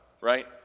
Right